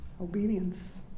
Obedience